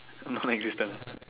non existent